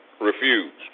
refused